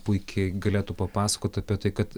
puikiai galėtų papasakot apie tai kad